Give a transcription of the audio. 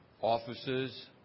offices